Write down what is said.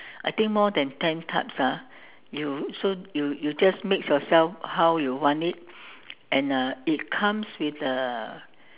I think more than ten types ah you so you just mix yourself how you want it and uh it comes with uh